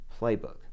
playbook